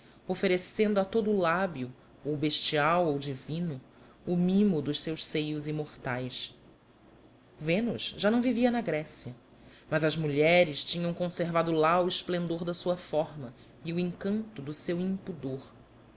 oferecendo a todo o lábio ou bestial ou divino o mimo dos seus seios imortais vênus já não vivia na grécia mas as mulheres tinham conservado lá o esplendor da sua forma e o encanto do seu impudor